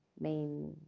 main